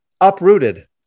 uprooted